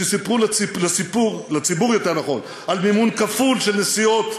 שסיפרו לציבור על מימון כפול של נסיעות,